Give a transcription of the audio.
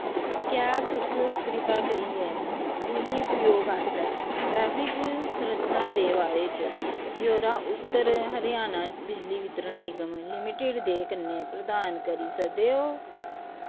क्या तुस कृपा करियै बिजली उपयोग आस्तै ट्रैफिक संरचना दे बारे च ब्यौरा उत्तर हरियाणा बिजली वितरण निगम लिमिटड दे कन्नै प्रदान करी सकदे ओ